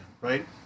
right